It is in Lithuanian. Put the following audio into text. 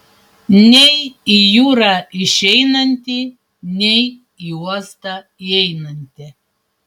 nei į jūrą išeinantį nei į uostą įeinantį